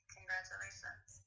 Congratulations